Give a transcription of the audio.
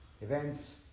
events